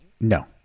No